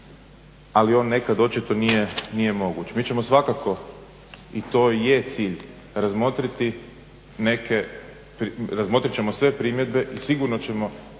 ali ono nekad očito nije moguć. Mi ćemo svakako i to je cilj, razmotrit ćemo sve primjedbe i sigurno ćemo